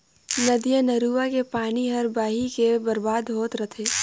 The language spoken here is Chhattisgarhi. नदिया नरूवा के पानी हर बही के बरबाद होवत रथे